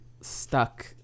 stuck